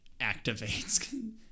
activates